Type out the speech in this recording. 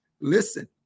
Listen